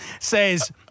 says